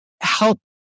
help